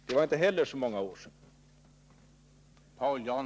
Det var inte heller så många år sedan.